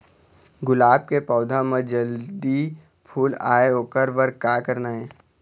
गुलाब के पौधा म जल्दी फूल आय ओकर बर का करना ये?